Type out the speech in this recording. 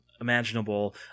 imaginable